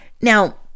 Now